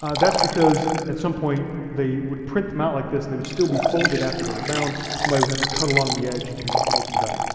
ah that's because at some point they would print them out like this and they would still be folded after they were bound. somebody would have to cut along the edge to to open it up.